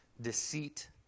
deceit